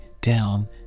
down